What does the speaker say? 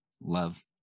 Love